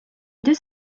deux